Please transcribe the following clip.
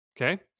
okay